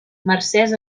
mercès